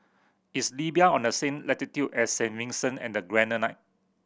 is Libya on the same latitude as Saint Vincent and the Grenadines